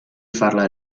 farla